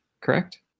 correct